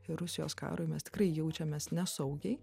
ir rusijos karui mes tikrai jaučiamės nesaugiai